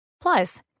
Plus